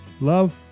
Love